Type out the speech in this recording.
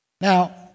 Now